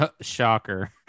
Shocker